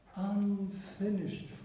Unfinished